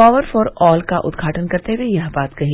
power for all का उद्घाटन करते हुए यह बात कही